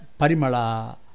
Parimala